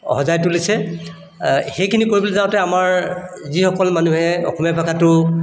সজাই তুলিছে সেইখিনি কৰিবলৈ যাওঁতে আমাৰ যিসকল মানুহে অসমীয়া ভাষাটো